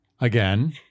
again